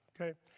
okay